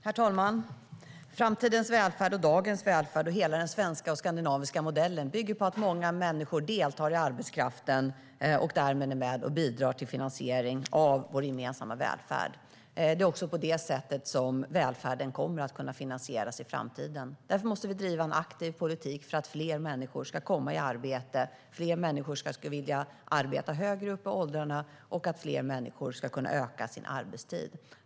Herr talman! Framtidens välfärd, dagens välfärd och hela den svenska och skandinaviska modellen bygger på att många människor deltar i arbetskraften och därmed är med och bidrar till finansiering av vår gemensamma välfärd. Det är också på det sättet som välfärden kommer att kunna finansieras i framtiden. Därför måste vi driva en aktiv politik för att fler människor ska komma i arbete, vilja arbeta högre upp i åldrarna och kunna öka sin arbetstid.